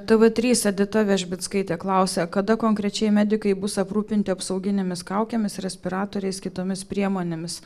tv trys edita vežbickaitė klausia kada konkrečiai medikai bus aprūpinti apsauginėmis kaukėmis respiratoriais kitomis priemonėmis